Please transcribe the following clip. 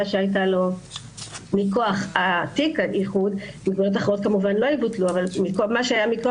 שהייתה לו מכוח תיק האיחוד מגבלות אחרות כמובן לא יבוטלו יתבטל.